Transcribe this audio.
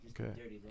Okay